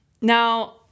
Now